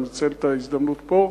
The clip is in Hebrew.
אני מנצל את ההזדמנות פה: